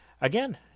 again